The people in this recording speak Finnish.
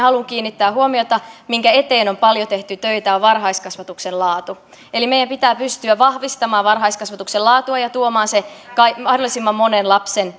haluan kiinnittää huomiota ja minkä eteen on paljon tehty töitä on varhaiskasvatuksen laatu eli meidän pitää pystyä vahvistamaan varhaiskasvatuksen laatua ja tuomaan se mahdollisimman monen lapsen